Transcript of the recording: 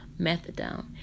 methadone